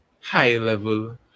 high-level